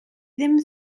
ddim